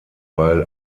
weil